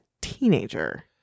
teenager